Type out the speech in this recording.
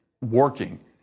working